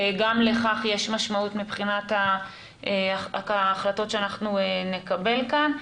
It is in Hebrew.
גם לכך יש משמעות מבחינת ההחלטות שאנחנו נקבל כאן.